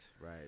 Right